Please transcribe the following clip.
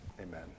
Amen